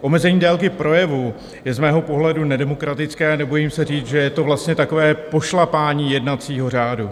Omezení délky projevu je z mého pohledu nedemokratické, nebojím se říct, že je to takové pošlapání jednacího řádu.